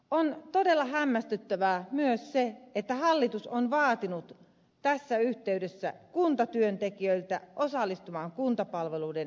on todella hämmästyttävää myös se että hallitus on vaatinut tässä yhtey dessä kuntatyöntekijöitä osallistumaan kuntapalveluiden säästötalkoisiin